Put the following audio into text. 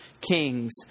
kings